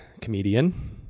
comedian